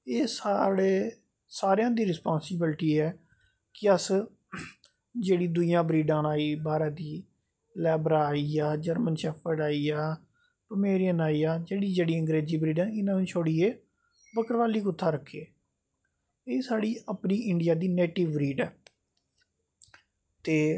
एह् साढ़ी सारें दी रिसपांसिबिलिटी ऐ कि अस जेह्ड़ी दूइयां ब्रीडां न बाह्रा दी आई लैबरा आईये जर्मन शैफड़ आईया जेह्ड़ी जेह्ड़ी अंग्रेजी ब्रीड़ां न इनां नू छड्डियै बकरबाली कुत्ता रक्खै एह् साढ़ी इंडिया दी अपनी ब्रीड ऐ ते